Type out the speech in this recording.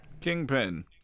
Kingpin